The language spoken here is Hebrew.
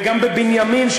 וגם בבנימין,